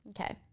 okay